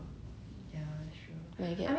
mmhmm actually ya really